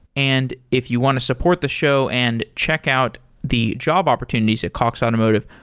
and if you want to support the show and check out the job opportunities at cox automotive,